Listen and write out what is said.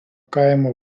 kaimo